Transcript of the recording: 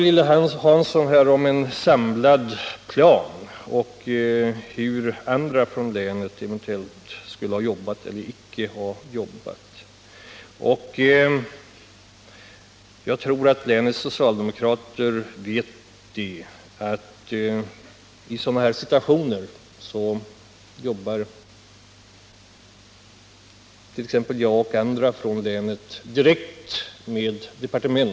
Lilly Hansson talade om en samlad plan och hur andra personer från länet skulle ha jobbat eller icke jobbat. Jag tror att länets socialdemokrater vet att jag och andra från länet i sådana här situationer jobbar direkt med departementet.